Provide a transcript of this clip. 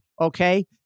okay